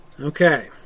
Okay